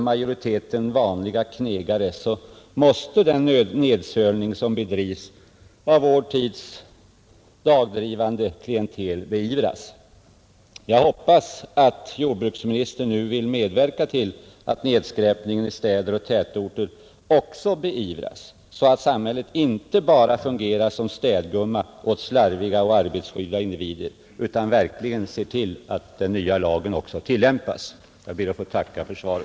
omlokalisering majoriteten vanliga knegare måste den nedsölning som bedrivs av vår tids av delar av statens dagdrivande klientel beivras. Jag hoppas att jordbruksministern nu vill järnvägars verksam — medverka till att nedskräpningen i städer och tätorter också beivras så att het i Ånge samhället inte bara fungerar som städgumma åt slarviga och arbetsskygga individer utan verkligen ser till att den nya lagen också tillämpas. Jag ber att få tacka för svaret.